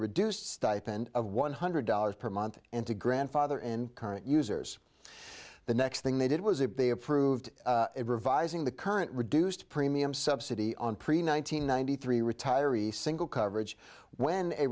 reduced stipend of one hundred dollars per month and to grandfather and current users the next thing they did was if they approved it revising the current reduced premium subsidy on pre one nine hundred ninety three retiree single coverage when a